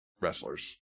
wrestlers